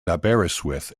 aberystwyth